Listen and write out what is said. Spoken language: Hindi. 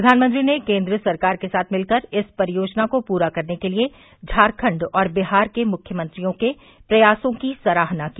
प्रधानमंत्री ने केन्द्र सरकार के साथ मिलकर इस परियोजना को पूरा करने के लिए झारखंड और बिहार के मुख्यमंत्रियों के प्रयासों की सराहना की